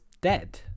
dead